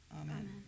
Amen